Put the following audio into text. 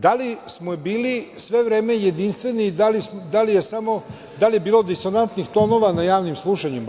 Da li smo bili sve vreme jedinstveni i da li je bilo disonantnih tonova na javnim slušanjima?